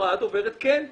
הדוברת אמרה כן.